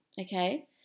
okay